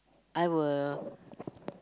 I will